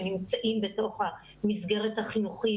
שנמצאים בתוך המסגרת החינוכית,